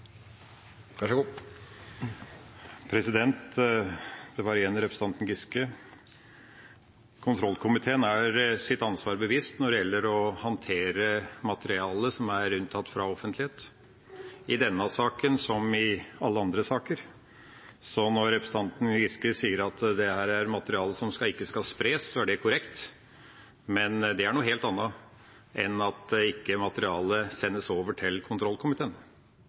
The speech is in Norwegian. Igjen til representanten Giske: Kontrollkomiteen er seg sitt ansvar bevisst når det gjelder å håndtere materiale som er unntatt fra offentlighet, i denne saken som i alle andre saker. Når representanten Giske sier at dette er materiale som ikke skal spres, er det korrekt, men det er noe helt annet enn at materialet ikke sendes over til kontrollkomiteen.